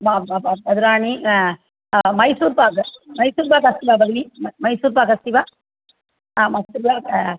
म् म् म मधुराणि मैसूर् पाक् मैसूर्पाक् अस्ति वा भगिनि मैसूर्पाक् अस्ति वा आमस्ति वा